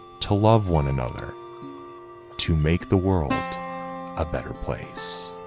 to love one another to make the world a better place